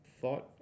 thought